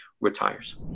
retires